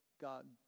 God